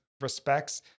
respects